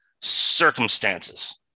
circumstances